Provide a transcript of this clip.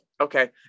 okay